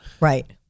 Right